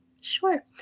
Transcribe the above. Sure